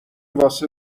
واسه